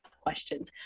questions